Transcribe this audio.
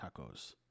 Tacos